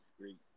great